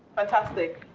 fantastic.